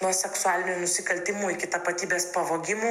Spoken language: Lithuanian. nuo seksualinių nusikaltimų iki tapatybės pavogimų